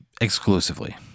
exclusively